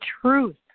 truth